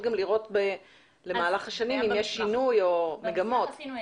לראות האם יש שינוי או מגמות במהלך השנים.